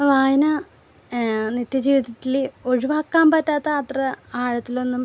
വായന നിത്യജീവിതത്തിൽ ഒഴിവാക്കാൻ പറ്റാത്ത അത്ര ആഴത്തിലൊന്നും